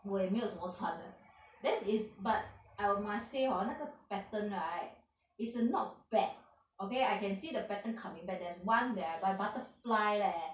我也没有什么穿 eh then is but I will must say hor 那个 pattern right is a not bad okay I can see the pattern coming back there is one that I buy butterfly leh